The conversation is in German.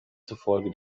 zufolge